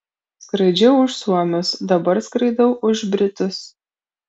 skraidžiau už suomius dabar skraidau už britus